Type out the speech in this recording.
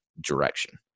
direction